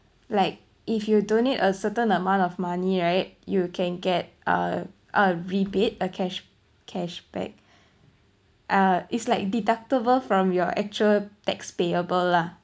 like if you donate a certain amount of money right you can get a a rebate a cash cashback uh it's like deductible from your actual tax payable lah